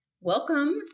Welcome